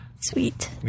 Sweet